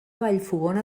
vallfogona